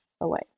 away